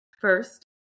first